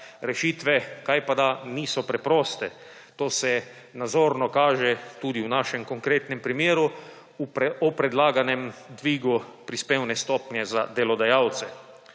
Rešitve kajpada niso preproste. To se nazorno kaže tudi v našem konkretnem primeru o predlaganem dvigu prispevne stopnje za delodajalce.